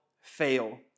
fail